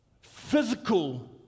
physical